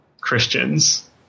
Christians